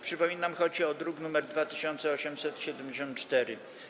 Przypominam, że chodzi o druk nr 2874.